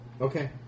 Okay